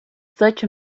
such